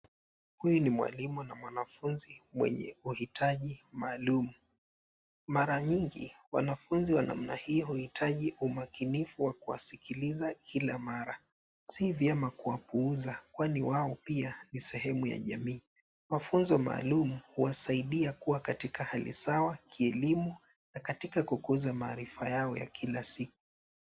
Huyu ni mwalima na mwanafunzi mwenye maitaji maalum. Mara nyingi wanafunzi wa aina hiyo uitaji umakinifu wa kuwasikiliza kila mara. Si vyema kuwapuuza kwani wao pia ni sehemu ya jamii. Mafunzo maalum huwasaidia kuwa katika hali sawa kielimu na katika kukuza maarifa yao ya kila siku.